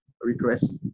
request